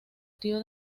tío